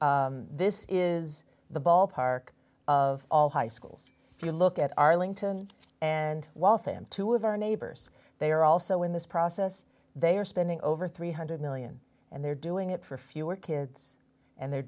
this is the ballpark of all high schools if you look at arlington and waltham two of our neighbors they are also in this process they are spending over three hundred million and they're doing it for fewer kids and they're